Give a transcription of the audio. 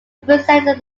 representing